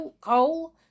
coal